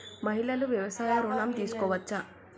మహిళలు వ్యవసాయ ఋణం తీసుకోవచ్చా?